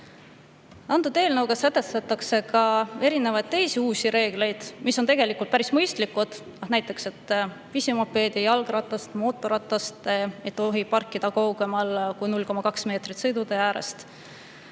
vaatepilt. Eelnõuga sätestatakse ka erinevad teised uued reeglid, mis on tegelikult päris mõistlikud, näiteks, et pisimopeedi, jalgratast ja mootorratast ei tohi parkida kaugemal kui 0,2 meetrit sõidutee äärest.